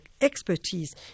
expertise